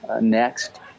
next